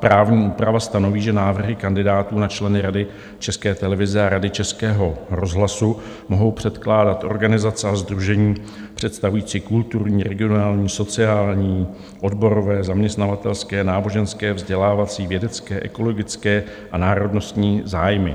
právní úprava stanoví, že návrhy kandidátů na členy Rady České televize a Rady Českého rozhlasu mohou předkládat organizace a sdružení představující kulturní, regionální, sociální, odborové, zaměstnavatelské, náboženské, vzdělávací, vědecké, ekologické a národnostní zájmy.